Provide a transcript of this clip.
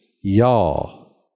y'all